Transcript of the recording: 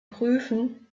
prüfen